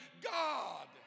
God